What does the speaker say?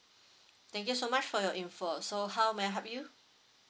thank you so much for your info so how may I help you